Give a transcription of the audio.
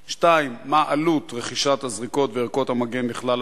2. מה היא עלות רכישת הזריקות וערכות המגן לכלל האוכלוסייה?